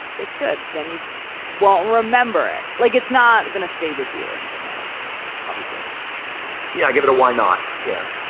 it's good. then you won't remember it like it's not going gonna stay with you in some way probably yeah i'll give it a why not. yeah